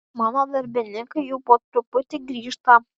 mano darbininkai jau po truputį grįžta